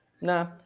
Nah